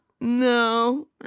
No